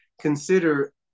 consider